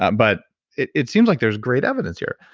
ah but it it seems like there's great evidence here.